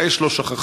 האש לא שככה,